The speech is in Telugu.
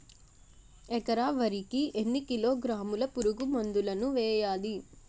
ఎకర వరి కి ఎన్ని కిలోగ్రాముల పురుగు మందులను వేయాలి?